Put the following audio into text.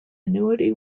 annuity